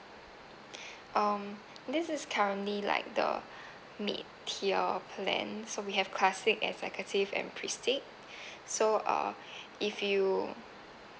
um this is currently like the mid tier plan so we have classic executive and prestige so uh if you